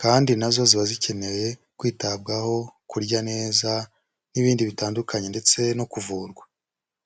kandi na zo ziba zikeneye kwitabwaho, kurya neza n'ibindi bitandukanye ndetse no kuvurwa.